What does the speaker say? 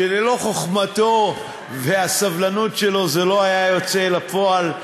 שללא חוכמתו והסבלנות שלו זה לא היה יוצא אל הפועל,